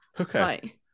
Okay